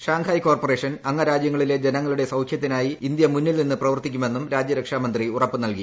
Shanghai corporation അംഗരാജ്യങ്ങളിലെ ജനങ്ങളുടെ സൌഖ്യത്തിനായി ഇന്ത്യ മുന്നിൽ നിന്ന് പ്രവർത്തിക്കുമെന്നും രാജ്യരക്ഷാമന്ത്രി ഉറപ്പു നൽകി